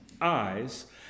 eyes